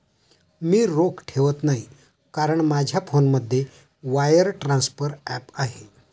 मी रोख ठेवत नाही कारण माझ्या फोनमध्ये वायर ट्रान्सफर ॲप आहे